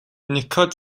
юникод